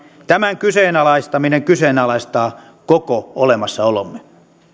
tämän kyseenalaistaminen kyseenalaistaa koko olemassaolomme